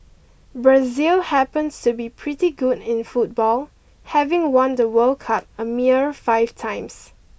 Brazil happens to be pretty good in football having won the World Cup a mere five times